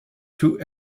two